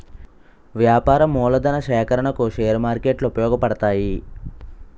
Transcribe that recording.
వ్యాపార మూలధన సేకరణకు షేర్ మార్కెట్లు ఉపయోగపడతాయి